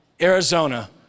Arizona